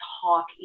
talk